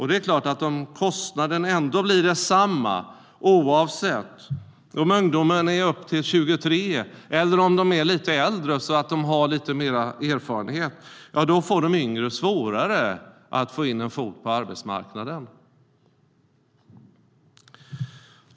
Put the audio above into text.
Det är klart att om kostnaden blir densamma oavsett om ungdomarna är upp till 23 eller om de är lite äldre och har lite mer erfarenhet, då får de yngre svårare att få in en fot på arbetsmarknaden.